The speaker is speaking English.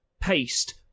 paste